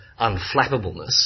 unflappableness